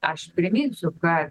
aš priminsiu kad